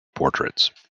portraits